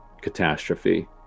catastrophe